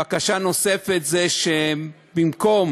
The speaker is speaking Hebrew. בקשה נוספת היא שבמקום